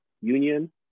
union